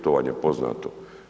To vam je poznato.